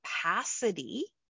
capacity